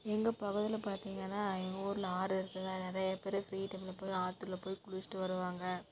எங்கள் பகுதியில பார்த்தீங்கன்னா எங்கள் ஊர்ல ஆறு இருக்குங்க நிறைய பேர் ஃப்ரீ டைம்ல போய் ஆத்தில் போய் குளிச்ட்டு வருவாங்க